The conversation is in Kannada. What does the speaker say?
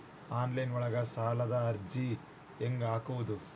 ಆನ್ಲೈನ್ ಒಳಗ ಸಾಲದ ಅರ್ಜಿ ಹೆಂಗ್ ಹಾಕುವುದು?